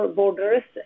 borders